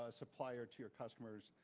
ah suppier to your customers.